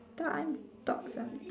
try and talk some